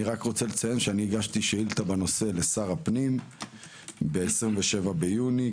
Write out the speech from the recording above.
אציין שהגשתי שאילתה בנושא לשר הפנים ב-27 ביוני.